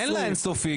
אין להם אין סופי,